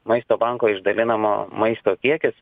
maisto banko išdalinamo maisto kiekis